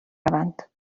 روند